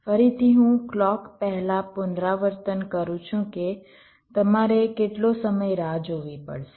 ફરીથી હું ક્લૉક પહેલાં પુનરાવર્તન કરું છું કે તમારે કેટલો સમય રાહ જોવી પડશે